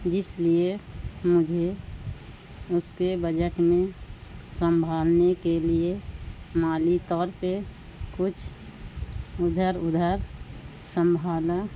جس لیے مجھے اس کے بجٹ میں سنبھالنے کے لیے مالی طور پہ کچھ ادھر ادھر سنبھالا